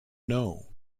know